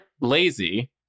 lazy